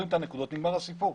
מחברים את הנקודות ונגמר הסיפור.